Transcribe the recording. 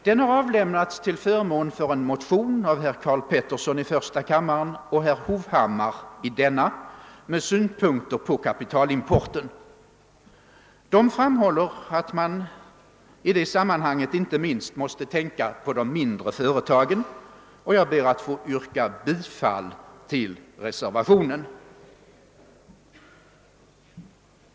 Den har avlämnats till förmån för en motion av herr Karl Pettersson i första kammaren och herr Hovhammar i denna kammare med synpunkter på kapitalimporten. De framhåller att man i det sammanhanget inte minst måste tänka på de mindre företagen. Jag ber att få yrka bifall till reservationen.